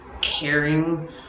caring